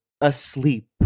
asleep